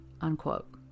unquote